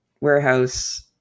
warehouse